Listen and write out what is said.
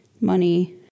money